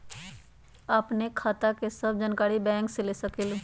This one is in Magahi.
आपन खाता के सब जानकारी बैंक से ले सकेलु?